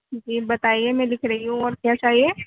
جی بتائیے میں لکھ رہی ہوں اور کیا چاہیے